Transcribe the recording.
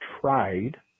tried